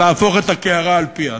אין להפוך את הקערה על פיה.